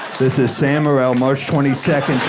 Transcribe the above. this is sam morril, march twenty second,